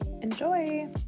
enjoy